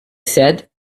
said